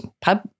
pub